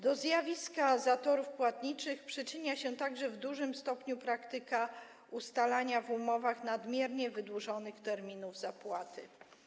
Do zjawiska zatorów płatniczych przyczynia się także w dużym stopniu praktyka ustalania w umowach nadmiernie wydłużonych terminów zapłaty.